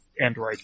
Android